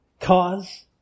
cause